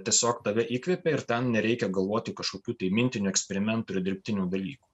tiesiog tave įkvepia ir ten nereikia galvoti kažkokių tai mintinių eksperimentų ir dirbtinių dalykų